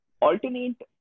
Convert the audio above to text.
alternate